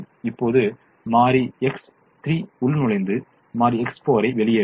இப்போது மாறி X3 உள்நுழைந்து மாறி X4 ஐ வெளியேற்றும்